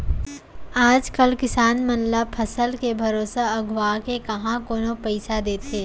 आज कल किसान मन ल फसल के भरोसा अघुवाके काँहा कोनो पइसा देथे